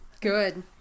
Good